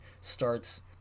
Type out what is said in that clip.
starts